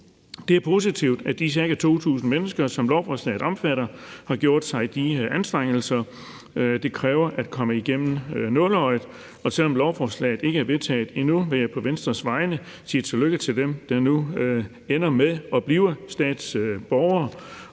Det er positivt, at de ca. 2.000 mennesker, som lovforslaget omfatter, har gjort sig de anstrengelser, det kræver at komme igennem nåleøjet, og selv om lovforslaget ikke er vedtaget endnu, vil jeg på Venstres vegne sige tillykke til dem, der nu ender med at blive statsborgere.